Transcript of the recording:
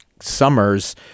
summers